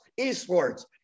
esports